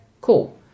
cool